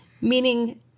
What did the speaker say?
meaning